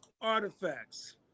artifacts